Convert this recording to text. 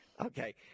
Okay